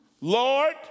Lord